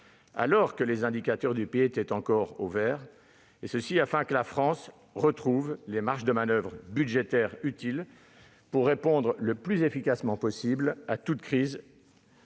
alors que les indicateurs économiques du pays étaient encore « au vert » et afin que la France retrouve les marges de manoeuvre budgétaires utiles pour répondre le plus efficacement possible à toute crise,